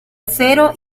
acero